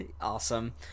Awesome